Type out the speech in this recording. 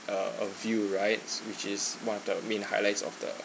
uh a view rights which is one of the main highlights of the